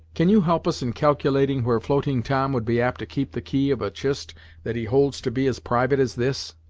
can you help us in calculating where floating tom would be apt to keep the key of a chist that he holds to be as private as this?